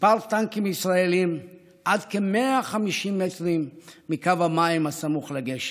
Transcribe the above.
כמה טנקים ישראליים עד כ-150 מטרים מקו המים הסמוך לגשר,